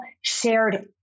shared